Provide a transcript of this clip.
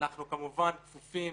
אנחנו כמובן כפופים